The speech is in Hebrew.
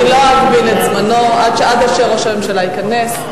אני לא אגביל את זמנו עד אשר ראש הממשלה ייכנס.